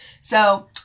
So-